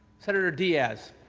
senator diaz.